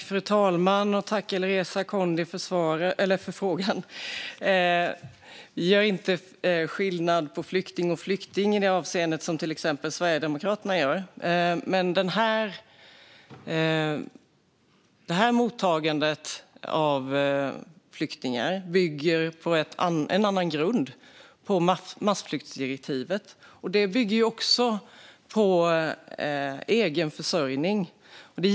Fru talman! Jag tackar Alireza Akhondi för frågorna. Jag gör inte skillnad på flykting och flykting i det avseende som till exempel Sverigedemokraterna gör. Men det här mottagandet av flyktingar bygger på en annan grund: massflyktsdirektivet. Det bygger också på egen försörjning.